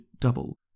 double